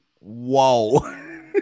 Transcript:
Whoa